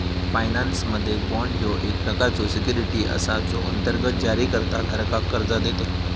फायनान्समध्ये, बाँड ह्यो एक प्रकारचो सिक्युरिटी असा जो अंतर्गत जारीकर्ता धारकाक कर्जा देतत